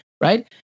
right